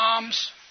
moms